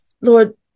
Lord